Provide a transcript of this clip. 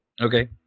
Okay